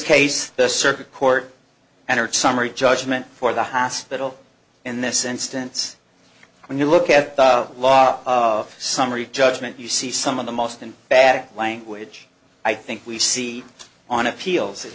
case the circuit court and a summary judgment for the hospital in this instance when you look at a lot of summary judgment you see some of the most and bad language i think we see on appeals it